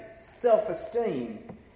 Self-esteem